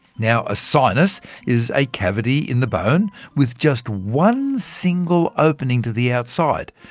now a sinus is a cavity in the bone with just one single opening to the outside,